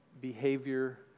behavior